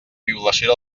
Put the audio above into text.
violació